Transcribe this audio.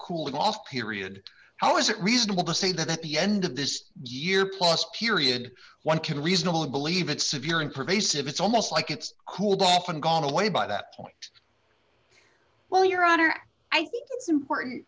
cooling off period how is it reasonable to say that at the end of this year plus period one can reasonably believe it's severe and pervasive it's almost like it's cooled off and gone away by that point well your honor i think it's important